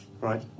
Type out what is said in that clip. Right